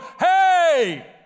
hey